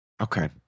Okay